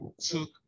took